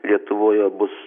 lietuvoje bus